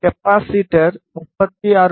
capacitor 36